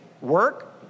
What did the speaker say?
work